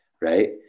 right